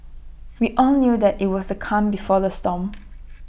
we all knew that IT was the calm before the storm